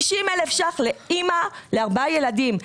50,000 שקלים, לאימא לארבעה ילדים.